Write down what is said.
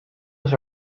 was